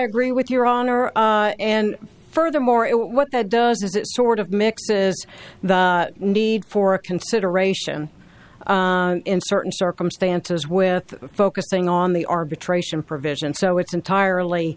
agree with your honor and furthermore it what that does is it sort of mixes the need for a consideration in certain circumstances with focusing on the arbitration provision so it's entirely